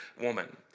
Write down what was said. woman